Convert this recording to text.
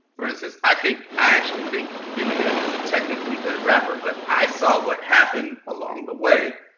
for instance, i think i actually think eminem is a technically good rapper, but i saw what happened along the way.